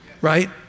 right